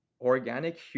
organic